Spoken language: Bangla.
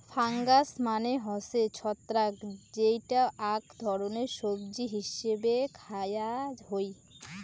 ফাঙ্গাস মানে হসে ছত্রাক যেইটা আক ধরণের সবজি হিছেবে খায়া হই